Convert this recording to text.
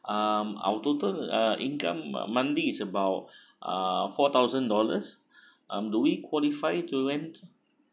um our total uh income monthly is about uh four thousand dollars um do we qualified to rent